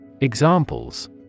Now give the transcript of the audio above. Examples